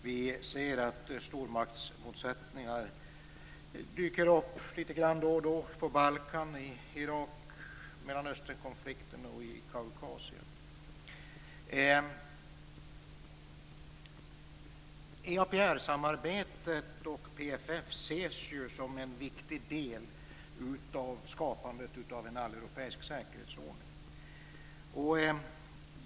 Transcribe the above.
Vi ser att stormaktsmotsättningar dyker upp då och då, som på Balkan, i EAPR och PFF-samarbetet ses ju som viktiga delar i skapandet av en alleuropeisk säkerhetsordning.